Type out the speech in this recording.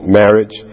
marriage